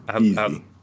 easy